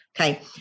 Okay